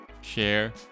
share